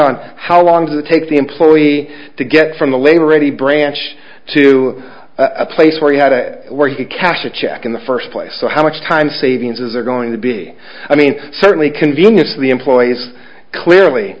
on how long to take the employee to get from the labor ready branch to a place where you had to cash a check in the first place so how much time savings is there going to be i mean certainly convenience for the employees clearly